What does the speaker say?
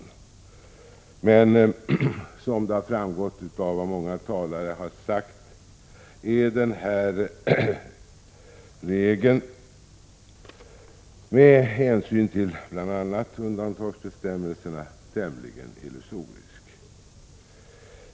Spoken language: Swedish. Men, som har framgått av vad många talare har sagt, är den här regeln med hänsyn till bl.a. undantagsbestämmelserna tämligen illusorisk.